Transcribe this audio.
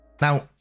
Now